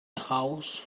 house